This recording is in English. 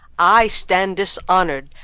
i stand dishonour'd,